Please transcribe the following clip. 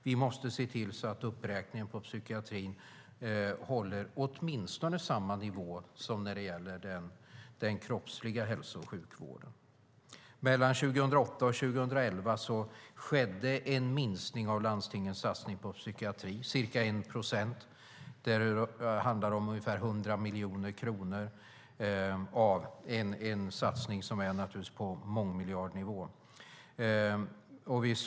Vi måste se till att uppräkningen inom psykiatrin håller åtminstone samma nivå som när det gäller den kroppsliga hälso och sjukvården. Mellan 2008 och 2011 skedde en minskning av landstingens satsning på psykiatrin med ca 1 procent. Det handlar om ungefär 100 miljoner kronor av en satsning på mångmiljardnivå.